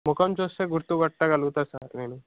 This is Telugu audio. మొఖం చూస్తే గుర్తుపట్టగలుగుతా సార్ నేను